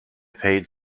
paid